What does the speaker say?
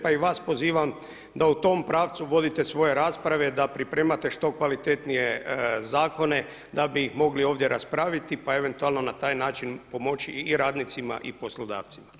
Pa i vas pozivam da u tom pravcu vodite svoje rasprave da pripremate što kvalitetnije zakone da bi ih mogli ovdje raspraviti, pa eventualno na taj način pomoći i radnicima i poslodavcima.